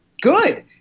good